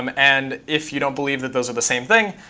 um and if you don't believe that those are the same thing,